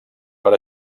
per